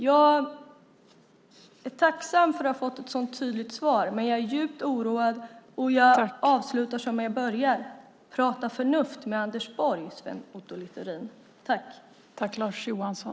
Jag är tacksam för att ha fått ett så tydligt svar, men jag är djupt oroad, och jag avslutar som jag börjar: Prata förnuft med Anders Borg, Sven Otto Littorin!